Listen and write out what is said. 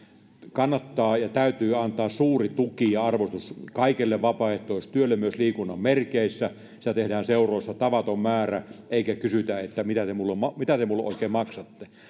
kannattaa ja täytyy antaa suuri tuki ja arvostus kaikelle vapaaehtoistyölle myös liikunnan merkeissä sitä tehdään seuroissa tavaton määrä eikä kysytä että mitä te minulle oikein maksatte